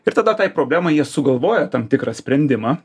ir tada tai problemai jie sugalvoja tam tikrą sprendimą